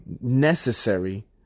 necessary